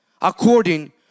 according